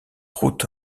route